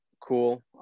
cool